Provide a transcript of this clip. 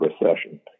recession